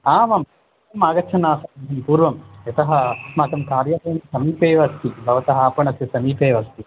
आमाम् आगच्छन् आसं पूर्वं यतः अस्माकं कार्यालयं समीपे एव अस्ति भवतः आपणस्य समीपे एव अस्ति